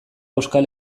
euskal